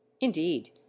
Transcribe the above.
indeed